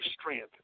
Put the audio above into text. strength